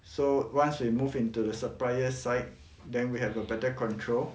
so once we move into the supplier side then we have a better control